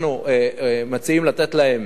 אנחנו מציעים לתת להם